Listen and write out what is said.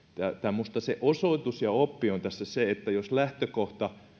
minusta se osoitus ja oppi on tässä se että jos